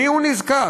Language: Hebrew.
מיהו נזקק?